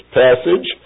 passage